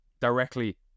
directly